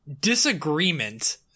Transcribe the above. disagreement